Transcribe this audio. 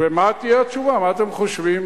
ומה תהיה התשובה, מה אתם חושבים?